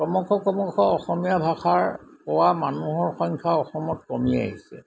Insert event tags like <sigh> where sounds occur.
<unintelligible> অসমীয়া ভাষাৰ পোৱা মানুহৰ সংখ্যা অসমত কমি আহিছে